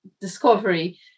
discovery